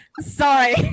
Sorry